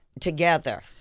together